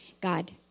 God